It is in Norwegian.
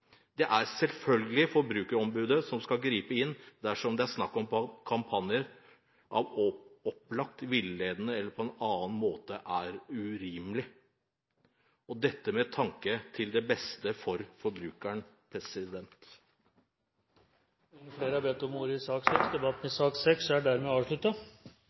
Det er en selvfølge at Forbrukerombudet skal gripe inn dersom det er snakk om kampanjer av opplagt villedende, eller på annen måte urimelig, natur – dette med tanke på det beste for forbrukeren. Flere har ikke bedt om ordet til sak